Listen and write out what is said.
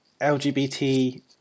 LGBT